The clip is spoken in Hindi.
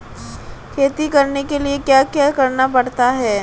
खेती करने के लिए क्या क्या करना पड़ता है?